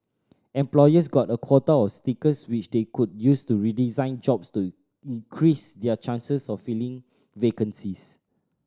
employers got a quota of stickers which they could use to redesign jobs to increase their chances of filling vacancies